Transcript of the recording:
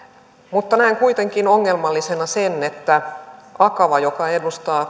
mutta näen kuitenkin ongelmallisena sen että akava joka edustaa